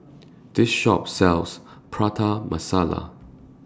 The Shop sells Prata Masala